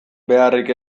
beharrik